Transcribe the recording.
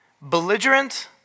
Belligerent